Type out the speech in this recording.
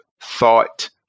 thought